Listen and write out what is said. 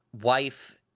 wife